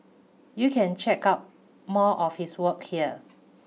you can check out more of his work here